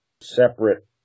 separate